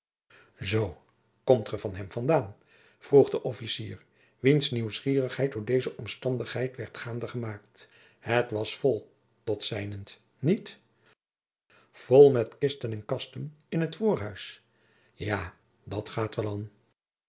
zoo komt ge van hem vandaan vroeg de officier wiens nieuwsgierigheid door deze omstandigheid werd gaande gemaakt het was vol tot zijnent niet jacob van lennep de pleegzoon vol met kisten en kasten in t voorhuis ja dat gaat wel an